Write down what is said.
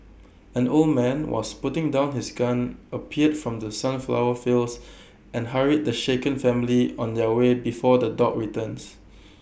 an old man was putting down his gun appeared from the sunflower fields and hurried the shaken family on their way before the dogs returns